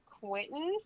Quentin